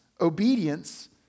obedience